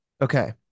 Okay